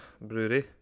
Brewery